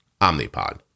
Omnipod